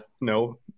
no